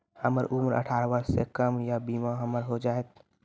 हमर उम्र अठारह वर्ष से कम या बीमा हमर हो जायत?